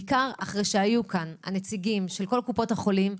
בעיקר אחרי שהיו כאן הנציגים של כל קופות החולים,